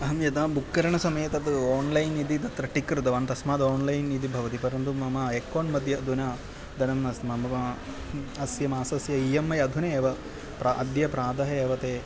अहं यदा बुक् करणसमये तद् ओण्लैन् इति तत्र टिक् कृतवान् तस्मात् ओण्लैन् इति भवति परन्तु मम एक्कौण्ट् मध्ये अधुना तन्मास्तु मम मा अस्य मासस्य ई एम् ऐ अधुना एव प्रा अद्य प्रातः एव ते